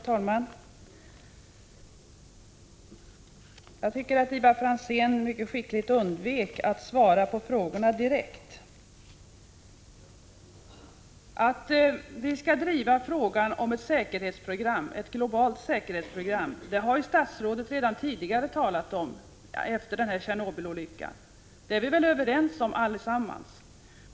Herr talman! Jag tycker att Ivar Franzén mycket skickligt undvek att svara på frågorna direkt. Att vi skall driva frågan om ett globalt säkerhetsprogram har statsrådet redan tidigare talat om — efter Tjernobylolyckan. Allesammans är vi väl överens på den punkten.